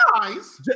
Guys